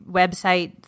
website